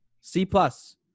C-plus